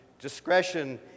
discretion